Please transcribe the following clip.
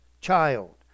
child